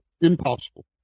impossible